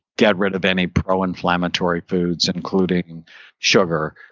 get rid of any proinflammatory foods including sugar.